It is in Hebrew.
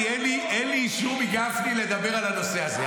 כי אין לי אישור מגפני לדבר על הנושא הזה,